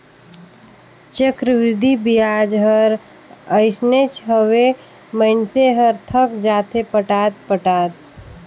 चक्रबृद्धि बियाज हर अइसनेच हवे, मइनसे हर थक जाथे पटात पटात